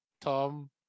Tom